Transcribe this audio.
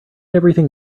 everything